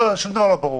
לא, לא, שום דבר לא ברור.